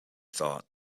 thought